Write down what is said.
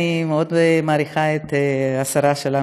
אני מאוד מעריכה את השרה שלנו,